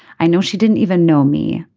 i know she didn't even know me.